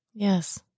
Yes